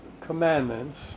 commandments